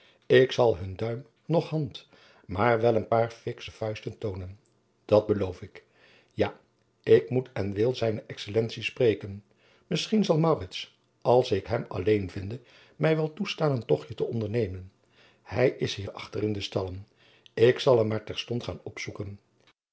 ik zal hun duim noch hand maar wel een paar fiksche vuisten toonen dat beloof ik ja ik moet en wil zijne excellentie spreken misschien zal maurits als ik hem alleen vinde mij wel toestaan een tochtje te jacob van lennep de pleegzoon ondernemen hij is hierachter in de stallen ik zal hem maar terstond gaan opzoeken